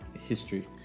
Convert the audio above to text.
history